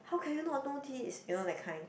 how can you not know this you know that kind